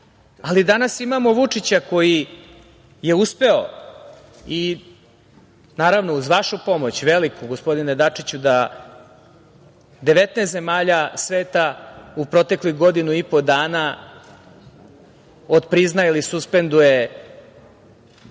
danas imamo Vučića koji je uspeo, naravno, uz vašu pomoć veliku, gospodine Dačiću, da 19 zemalja sveta u proteklih godinu i po dana otpriznaje ili suspenduje